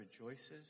rejoices